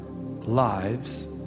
lives